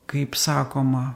kaip sakoma